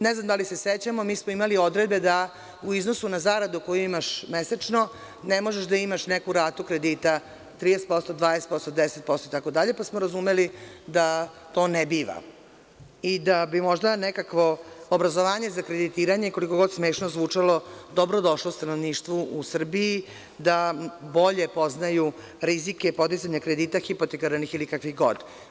Ne znam da li se sećamo, mi smo imali odredbe da u iznosu na zaradu koju imaš mesečno, ne možeš da imaš neku ratu kredita 30%, 20%, 10%, pa smo razumeli da to ne biva i da bi možda nekako obrazovanje za kreditiranje, kako god smešno zvučalo, dobro došlo stanovništvu u Srbiji, da bolje poznaju rizike podizanja kredita hipotekarnih ili kakvih god.